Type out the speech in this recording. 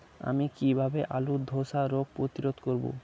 আমি কিভাবে আলুর ধ্বসা রোগ প্রতিরোধ করব?